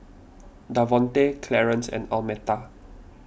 Davonte Clarence and Almeta